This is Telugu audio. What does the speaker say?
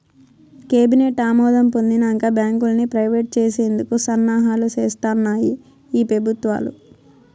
కేబినెట్ ఆమోదం పొందినంక బాంకుల్ని ప్రైవేట్ చేసేందుకు సన్నాహాలు సేస్తాన్నాయి ఈ పెబుత్వాలు